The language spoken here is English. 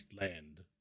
land